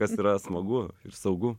kas yra smagu ir saugu